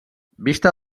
vista